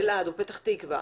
אלעד ופתח תקווה.